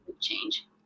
change